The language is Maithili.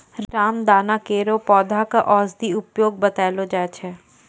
रामदाना केरो पौधा क औषधीय उपयोग बतैलो जाय छै